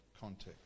context